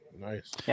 Nice